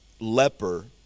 leper